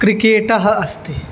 cricket अस्ति